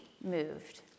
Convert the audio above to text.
moved